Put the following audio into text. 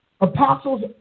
Apostles